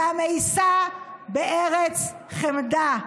היא המאיסה בארץ חמדה.